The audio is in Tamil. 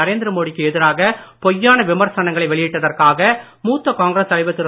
நரேந்திர மோடிக்கு எதிராக பொய்யான விமர்சனங்களை வெளியிட்டதற்காக மூத்த காங்கிரஸ் தலைவர் திரு